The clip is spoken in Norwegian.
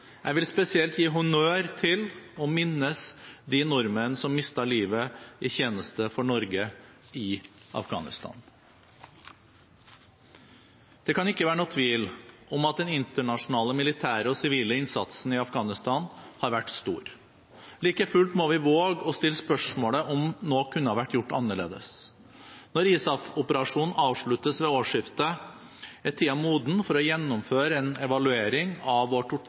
Jeg vil spesielt gi honnør til og minnes de nordmenn som mistet livet i tjeneste for Norge i Afghanistan. Det kan ikke være noen tvil om at den internasjonale militære og sivile innsatsen i Afghanistan har vært stor. Like fullt må vi våge å stille spørsmålet om noe kunne vært gjort annerledes. Når ISAF-operasjonen avsluttes ved årsskiftet, er tiden moden for å gjennomføre en evaluering av vår